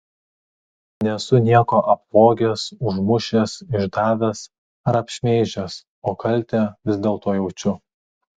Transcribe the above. nesu nieko apvogęs užmušęs išdavęs ar apšmeižęs o kaltę vis dėlto jaučiu